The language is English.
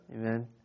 Amen